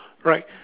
right